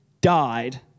died